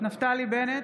נפתלי בנט,